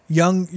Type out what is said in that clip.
young